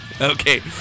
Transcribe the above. Okay